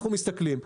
אנחנו מסתכלים,